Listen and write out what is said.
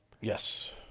Yes